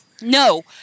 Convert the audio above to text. No